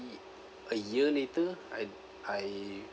a year later I I